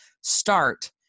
start